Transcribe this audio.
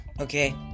Okay